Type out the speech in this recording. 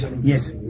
Yes